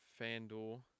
FanDuel